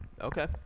Okay